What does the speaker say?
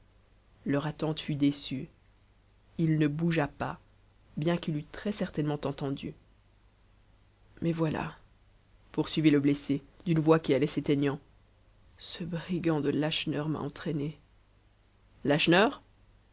leur attente fut déçue il ne bougea pas bien qu'il eût très-certainement entendu mais voilà poursuivit le blessé d'une voix qui allait s'éteignant ce brigand de lacheneur m'a entraîné